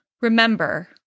Remember